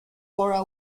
cora